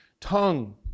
tongue